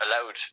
allowed